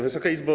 Wysoka Izbo!